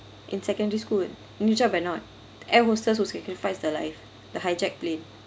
in secondary school neerja bhanot air hostess who sacrificed her life the hijacked plane